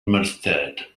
mustard